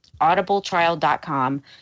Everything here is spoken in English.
audibletrial.com